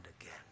again